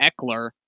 Eckler